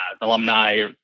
alumni